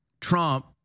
Trump